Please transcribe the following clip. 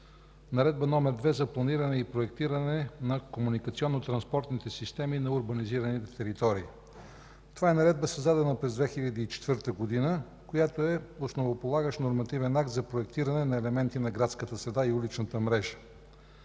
Наредба № 2 за планиране и проектиране на комуникационно-транспортните системи на урбанизираните територии. Това е наредба, създадена през 2004 г., която е основополагащ нормативен акт за проектиране на елементи на градската среда и уличната мрежа.